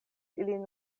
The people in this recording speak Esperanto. ilin